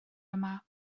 yma